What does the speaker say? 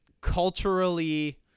culturally